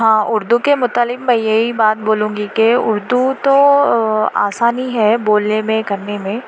ہاں اردو کے متعلق میں یہی بات بولوں گی کہ اردو تو آسان ہی ہے بولنے میں کرنے میں